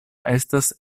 estas